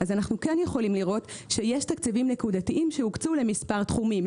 אנחנו יכולים לראות שיש תקציבים נקודתיים שהוקצו למספר תחומים,